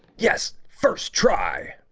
yes, first try